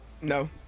No